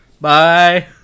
Bye